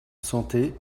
santé